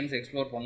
explore